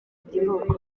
igihugu